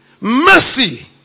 Mercy